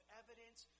evidence